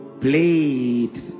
played